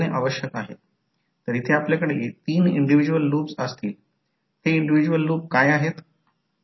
समजा जर डॉट इथे असेल तर डॉट बनवा आणि इथेही डॉट आहे इथे डॉट आहे तिथेही डॉट आहे आणि डॉट आणि कॉइलचे चित्रण इथे आहे किंवा कॉइल इथे गुंडाळले आहेत